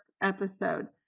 episode